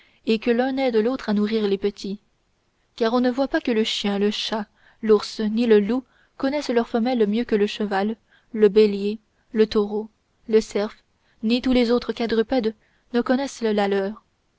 et que l'un aide l'autre à nourrir les petits car on ne voit pas que le chien le chat l'ours ni le loup reconnaissent leur femelle mieux que le cheval le bélier le taureau le cerf ni tous les autres quadrupèdes ne reconnaissent la leur